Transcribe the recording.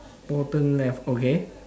bottom left okay